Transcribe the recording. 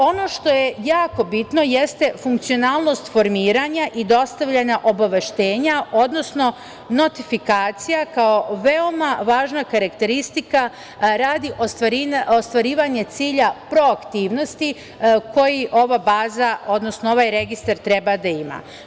Ono što je jako bitno, jeste funkcionalnost formiranja i dostavljanja obaveštenja odnosno notifikacija kao veoma važna karakteristika radi ostvarivanja cilja proaktivnosti koji ova baza, odnosno, ovaj registar treba da ima.